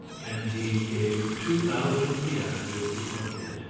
candide gave two thousand piastres to paquette,